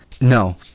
No